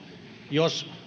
jos